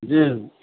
जी